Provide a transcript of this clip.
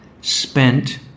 spent